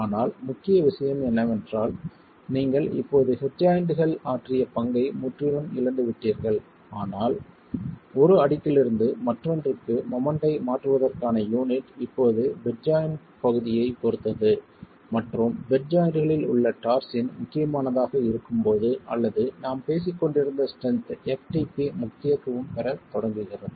ஆனால் முக்கிய விஷயம் என்னவென்றால் நீங்கள் இப்போது ஹெட் ஜாய்ண்ட்கள் ஆற்றிய பங்கை முற்றிலும் இழந்துவிட்டீர்கள் ஆனால் ஒரு அடுக்கிலிருந்து மற்றொன்றுக்கு மொமெண்ட் ஐ மாற்றுவதற்கான யூனிட் இப்போது பெட் ஜாய்ண்ட் ப் பகுதியைப் பொறுத்தது மற்றும் பெட் ஜாய்ண்ட்களில் உள்ள டார்ஸின் முக்கியமானதாகத் இருக்கும் போது அல்லது நாம் பேசிக்கொண்டிருந்த ஸ்ட்ரென்த் ftp முக்கியத்துவம் பெறத் தொடங்குகிறது